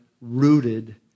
rooted